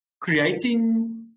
creating